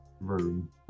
room